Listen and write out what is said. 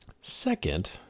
second